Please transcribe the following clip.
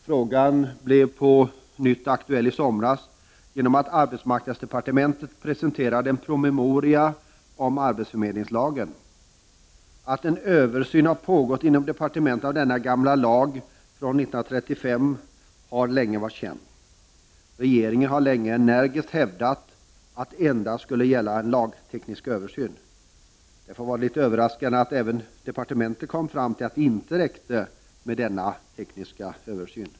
Frågan blev på nytt aktuell i somras genom att arbetsmarknadsdepartementet presenterade en promemoria om arbetsförmedlingslagen. Att en översyn har pågått inom departementet av denna gamla lag från 1935 har länge varit känt. Regeringen har länge energiskt hävdat att det endast skulle gälla en lagteknisk översyn. Därför var det litet överraskande att även departementet kom fram till att det inte räckte med denna tekniska översyn.